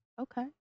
Okay